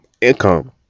income